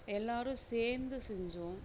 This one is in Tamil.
எல்லாரும் சேர்ந்து செஞ்சோம்